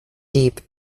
deep